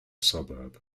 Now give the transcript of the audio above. suburb